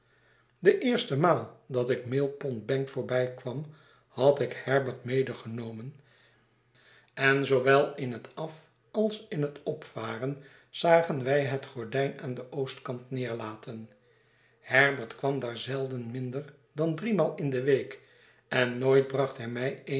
de eerste maal dat ik mill pond bank voorbijkwam had ik herbert medegenomen en zoowel in het af als in het opvaren zagen wij het gordijn aan den oostkant neerlaten herbert kwam daar zelden minder dan driemaal in de week en nooit bracht hij mij